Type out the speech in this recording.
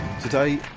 Today